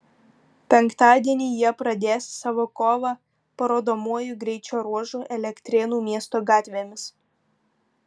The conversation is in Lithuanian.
penktadienį jie pradės savo kovą parodomuoju greičio ruožu elektrėnų miesto gatvėmis